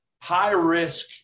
high-risk